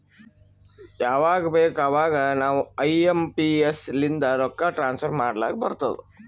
ಯವಾಗ್ ಬೇಕ್ ಅವಾಗ ನಾವ್ ಐ ಎಂ ಪಿ ಎಸ್ ಲಿಂದ ರೊಕ್ಕಾ ಟ್ರಾನ್ಸಫರ್ ಮಾಡ್ಲಾಕ್ ಬರ್ತುದ್